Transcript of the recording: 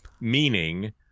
Meaning